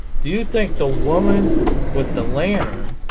do you think the woman with the lantern